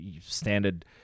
standard